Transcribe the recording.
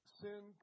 sin